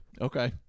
Okay